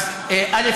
אז, א.